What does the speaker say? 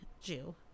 Jew